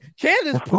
Candace